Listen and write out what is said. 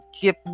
keep